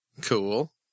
Cool